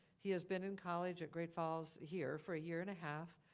he has been in college at great falls here for a year and a half.